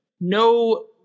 No